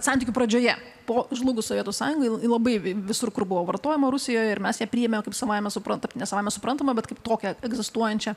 santykių pradžioje po žlugus sovietų sąjungai labai visur kur buvo vartojama rusijoje ir mes ją priėmėm kaip savaime suprantamą ne savaime suprantamą bet kaip tokią egzistuojančią